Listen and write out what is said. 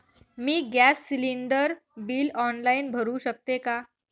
मी gas cylinder bill online भरु शकते का?